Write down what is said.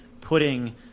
putting